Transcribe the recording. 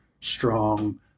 strong